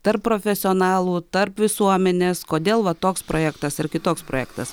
tarp profesionalų tarp visuomenės kodėl va toks projektas ar kitoks projektas